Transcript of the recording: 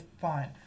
fine